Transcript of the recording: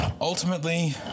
Ultimately